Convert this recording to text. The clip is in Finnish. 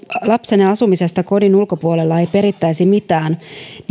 lapsenne asumisesta kodin ulkopuolella ei perittäisi mitään